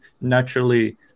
naturally